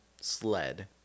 sled